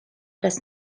das